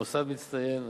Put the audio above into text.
מוסד מצטיין,